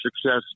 success